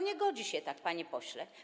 Nie godzi się tak, panie pośle.